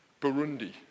Burundi